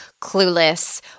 Clueless